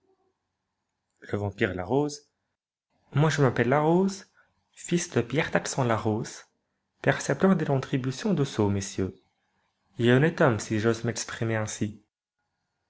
le vampire larose moi je m'appelle larose fils de pierre taxant larose percepteur des contributions de sceaux messieurs et honnête homme si j'ose m'exprimer ainsi